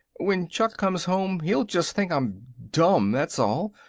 when chuck comes home he'll just think i'm dumb, that's all.